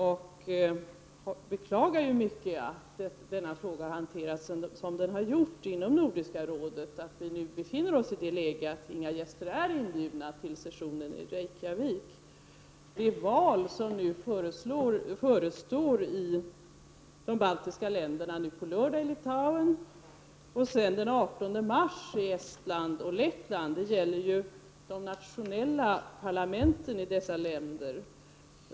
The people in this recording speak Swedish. Jag beklagar mycket att denna fråga hanterats på det sätt som skett inom Nordiska rådet och att vi nu därför befinner oss i den situationen att inga gäster från de baltiska republikerna har inbjudits till sessionen i Reykjavik. De val som nu förestår i de baltiska länderna — nu på lördag i Litauen och den 18 mars i Estland och Lettland — gäller de nationella parlamenten i dessa länder.